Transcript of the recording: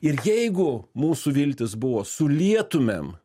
ir jeigu mūsų viltys buvo sulietumėm